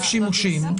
שימושים.